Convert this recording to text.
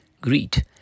Greet